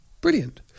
Brilliant